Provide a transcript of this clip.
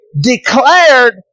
declared